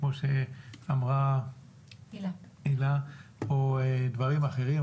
כמו שאמרה הילה נויבך, או דברים אחרים.